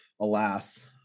alas